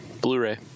Blu-ray